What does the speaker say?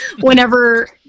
whenever